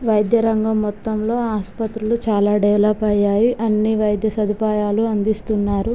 వైద్య రంగం మొత్తములో ఆస్పత్రులు చాలా డెవలప్ అయ్యాయి అన్నీ వైద్య సదుపాయాలు అందిస్తున్నారు